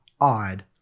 odd